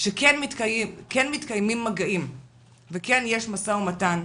שכן מתקיימים מגעים וכן יש משא ומתן.